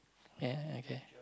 ya okay